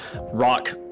rock